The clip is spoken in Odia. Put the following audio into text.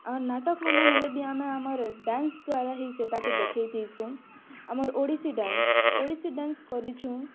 ଆମର୍ ନାଟକମାନେ ହେଲେ ବି ଆମେ ଆମର୍ ଡ୍ୟାନ୍ସ୍ ଦ୍ୱାରା ହି ସେଇଟା କେ ଦେଖାଇଥିସୁଁ ଆମର ଓଡ଼ିଶୀ ଡ୍ୟାନ୍ସ୍ ଓଡ଼ିଶୀ ଡ୍ୟାନ୍ସ୍ କରିଛୁଁ